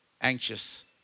anxious